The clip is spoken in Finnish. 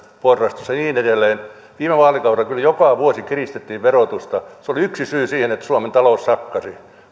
porrastus ja niin edelleen viime vaalikaudella kyllä joka vuosi kiristettiin verotusta se oli yksi syy siihen että suomen talous sakkasi